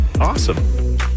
awesome